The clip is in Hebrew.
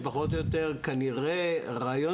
שפחות או יותר כנראה יתאזן,